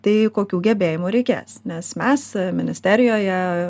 tai kokių gebėjimų reikės nes mes ministerijoje